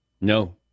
No